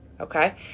Okay